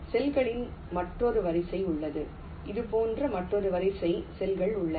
செல்ககளின் மற்றொரு வரிசை உள்ளது இது போன்ற மற்றொரு வரிசை செல்கள் உள்ளன